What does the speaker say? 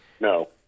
No